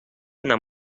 una